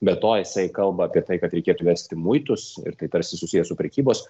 be to jisai kalba apie tai kad reikėtų įvesti muitus ir tai tarsi susiję su prekybos